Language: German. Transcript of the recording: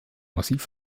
massiv